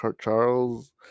Charles